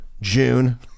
June